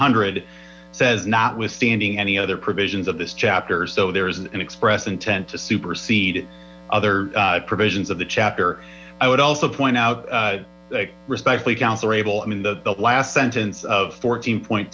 hundred says notwithstanding any other provisions this chapter so there is an express intent to supersede other provisions of the chapter i would also point out respectfully counselor able i mean the last sentence of fourteen point